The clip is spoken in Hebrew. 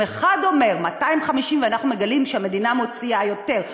אם אחד אומר 250 ואנחנו מגלים שהמדינה מוציאה יותר,